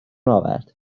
آورد